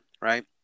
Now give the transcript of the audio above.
right